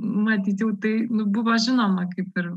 matyt jau tai nu buvo žinoma kaip ir